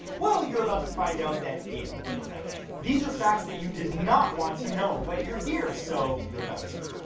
well you're about to find out that yes, yes i can. these are facts that you did not want to know but you're here so you're about to.